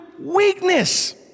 weakness